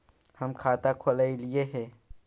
हम खाता खोलैलिये हे?